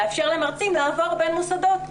הוא מאפשר למרצים לעבור בין מוסדות.